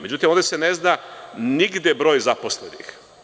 Međutim, ovde se ne zna nigde broj zaposlenih.